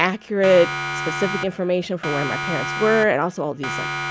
accurate, specific information from where my parents were and also all these, like,